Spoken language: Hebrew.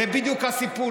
זה בדיוק הסיפור,